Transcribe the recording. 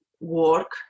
work